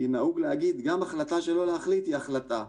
נהוג להגיד, גם החלטה שלא להחליט היא החלטה,